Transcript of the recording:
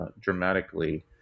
dramatically